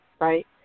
right